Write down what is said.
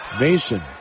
Mason